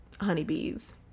honeybees